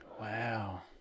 Wow